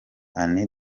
anne